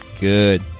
Good